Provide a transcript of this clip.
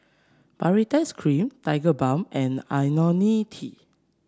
Baritex Cream Tigerbalm and IoniL T